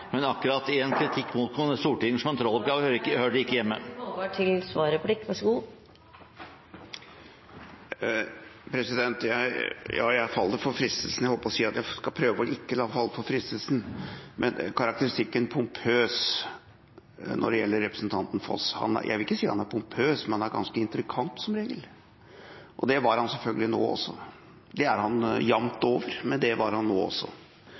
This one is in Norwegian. men akkurat i en kritikk mot Stortingets kontrolloppgaver hører det ikke hjemme. Jeg faller for fristelsen til å si – jeg holdt på å si at jeg skal prøve å la være å falle for fristelsen – når det gjelder karakteristikken «pompøs» og representanten Foss: Jeg vil ikke si at han er pompøs, men han er som regel ganske intrikat, og det var han selvfølgelig nå også. Det er han jevnt over, og det var han nå også.